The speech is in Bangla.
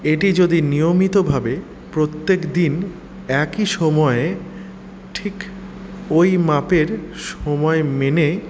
এটি যদি নিয়মিতভাবে প্রত্যেকদিন একই সময়ে ঠিক ঐ মাপের সময় মেনে